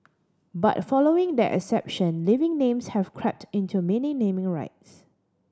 but following that exception living names have crept into many naming rights